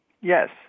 Yes